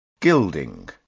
gilding